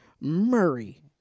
Murray